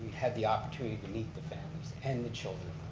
had the opportunity to meet the families, and the children,